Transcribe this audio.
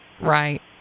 Right